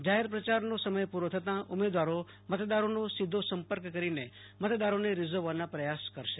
જાહેર પ્રયારનો સમય પૂ રો થતાં ઉમેદવારો મતદારોનો સીધો સંપર્ક કરીને મતદારોને રીઝવવાના પ્રયાસ કરશે